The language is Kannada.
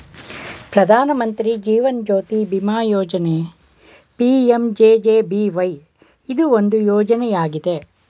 ಪ್ರಧಾನ ಮಂತ್ರಿ ಜೀವನ್ ಜ್ಯೋತಿ ಬಿಮಾ ಯೋಜ್ನ ಪಿ.ಎಂ.ಜೆ.ಜೆ.ಬಿ.ವೈ ಇದು ಒಂದು ಯೋಜ್ನಯಾಗಿದೆ